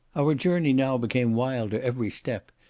our journey now became wilder every step,